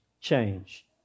change